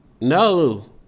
No